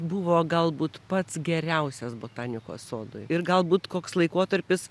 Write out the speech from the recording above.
buvo galbūt pats geriausias botanikos sodui ir galbūt koks laikotarpis